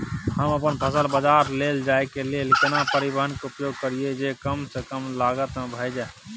हम अपन फसल बाजार लैय जाय के लेल केना परिवहन के उपयोग करिये जे कम स कम लागत में भ जाय?